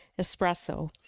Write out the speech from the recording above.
espresso